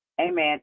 Amen